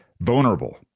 vulnerable